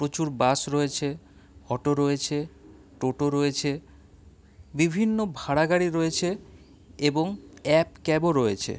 প্রচুর বাস রয়েছে অটো রয়েছে টোটো রয়েছে বিভিন্ন ভাড়া গাড়ি রয়েছে এবং অ্যাপ ক্যাবও রয়েছে